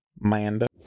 Manda